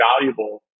valuable